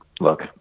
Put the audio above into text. look